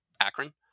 Akron